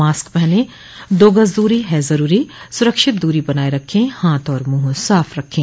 mask पहनें दो गज़ दूरी है ज़रूरी सुरक्षित दूरी बनाए रखें हाथ और मुंह साफ रखें